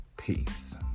peace